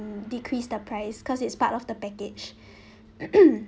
decrease the price because it's part of the package